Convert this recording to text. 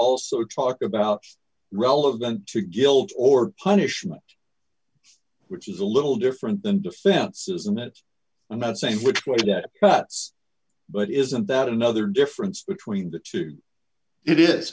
also talked about relevant to guilt or punishment which is a little different than defense isn't it i'm not saying which way that cuts but isn't that another difference between the two it is